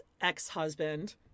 ex-husband